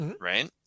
Right